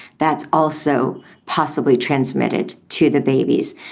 that's also possibly transmitted to the babies.